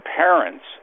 parents